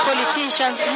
politicians